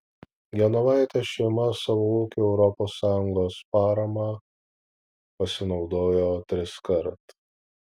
genovaitės šeima savo ūkiui europos sąjungos parama pasinaudojo triskart